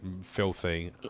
filthy